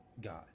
god